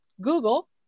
Google